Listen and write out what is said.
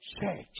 church